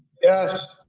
yes.